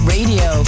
Radio